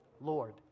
Lord